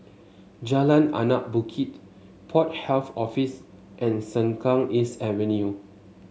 Jalan Anak Bukit Port Health Office and Sengkang East Avenue